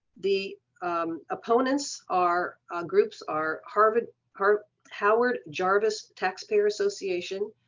the opponents are groups are harvard heart howard jarvis taxpayer association,